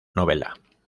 novela